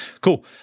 cool